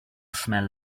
smell